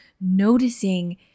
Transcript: noticing